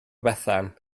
bethan